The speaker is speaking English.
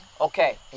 Okay